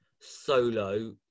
Solo